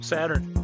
Saturn